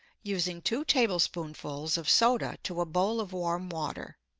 using two tablespoonfuls of soda to a bowl of warm water.